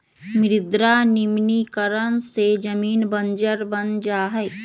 मृदा निम्नीकरण से जमीन बंजर बन जा हई